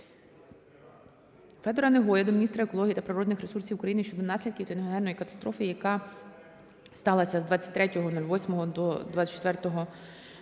Федора Негоя до міністра екології та природних ресурсів України щодо наслідків техногенної катастрофи, яка сталася з 23.08 до 24.08.2018